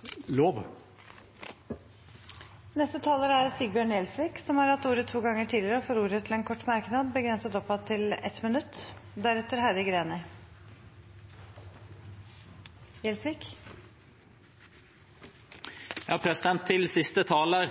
type lov. Representanten Sigbjørn Gjelsvik har hatt ordet to ganger tidligere og får ordet til en kort merknad, begrenset til 1 minutt. Til siste taler: